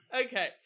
Okay